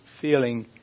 feeling